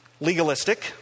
legalistic